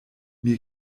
mir